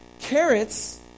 Carrots